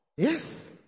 Yes